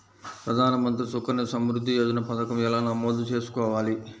ప్రధాన మంత్రి సుకన్య సంవృద్ధి యోజన పథకం ఎలా నమోదు చేసుకోవాలీ?